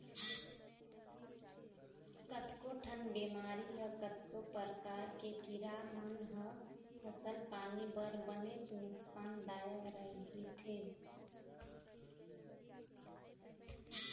कतको ठन बेमारी ह कतको परकार के कीरा मन ह फसल पानी बर बनेच नुकसान दायक रहिथे